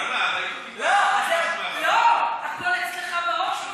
למה, לא, הכול אצלך בראש,